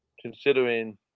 considering